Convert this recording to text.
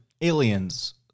aliens